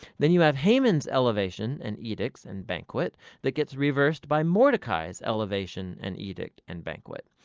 then you have haman's elevation and edicts and banquet that gets reversed by mordecai's elevation and edict and banquet.